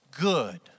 good